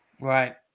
right